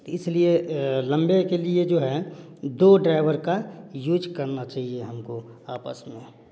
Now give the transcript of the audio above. इसलिए लम्बे के लिए जो है दो ड्राइवर का यूज करना चाहिए हमको आपस में